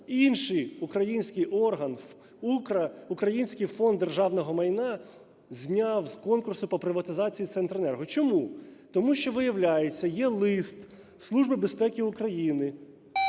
інший український орган, український Фонд державного майна зняв з конкурсу по приватизації "Центренерго". Чому? Тому що виявляється, є лист Служби безпеки України,